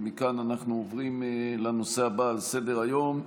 ומכאן אנחנו עוברים לנושא הבא על סדר-היום,